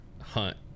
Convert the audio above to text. hunt